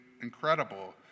incredible